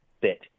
bit